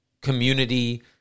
community